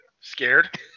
Scared